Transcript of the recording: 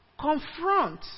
confront